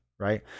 Right